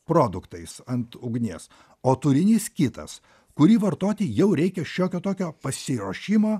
produktais ant ugnies o turinys kitas kurį vartoti jau reikia šiokio tokio pasiruošimo